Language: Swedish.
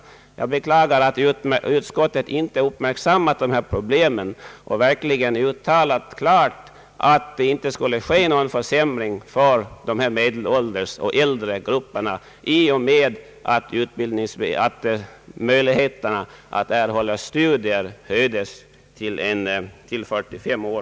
Jag beklagar att utskottet inte uppmärksammat dessa problem och verkligen klart uttalat att det inte skulle ske någon försämring för dessa medelålders och äldre personer i och med att möjligheterna att erhålla studiemedel utsträckts till dem som uppnått en ålder av 45 år.